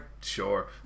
sure